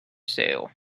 sale